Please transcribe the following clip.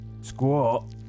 squat